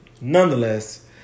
Nonetheless